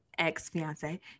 ex-fiance